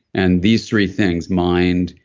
and these three things, mind,